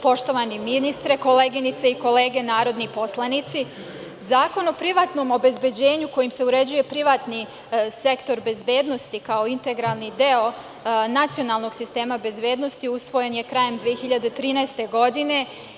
Poštovani ministre, koleginice i kolege narodni poslanici, Zakon o privatnom obezbeđenju kojim se uređuje privatni sektor bezbednosti, kao integralni deo nacionalnog sistema bezbednosti, usvojen je krajem 2013. godine.